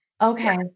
Okay